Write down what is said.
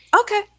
Okay